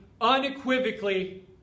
unequivocally